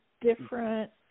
different